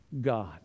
God